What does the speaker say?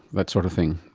that sort of thing.